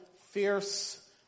fierce